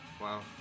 Wow